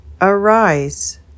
Arise